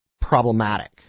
problematic